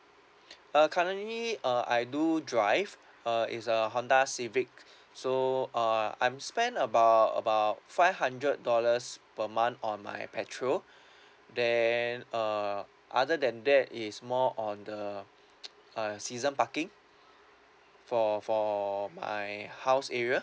uh currently uh I do drive uh it's a honda civic so uh I'm spend about about five hundred dollars per month on my petrol then uh other than that is more on the uh season parking for for my house area